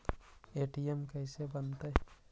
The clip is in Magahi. ए.टी.एम कैसे बनता?